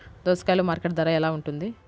దోసకాయలు మార్కెట్ ధర ఎలా ఉంటుంది?